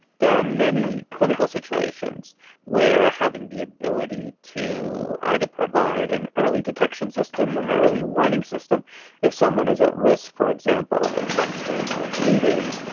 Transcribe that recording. there are many clinical situations where having the ability to either provide an early detection system, an early warning system if someone is at risk, for example, of infection or bleeding,